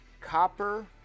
copper